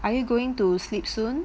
are you going to sleep soon